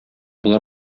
болар